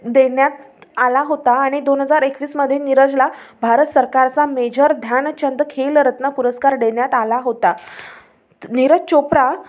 देण्यात आला होता आणि दोन हजार एकवीसमध्ये निरजला भारत सरकारचा मेजर ध्यानचंद खेलरत्न पुरस्कार देण्यात आला होता निरज चोप्रा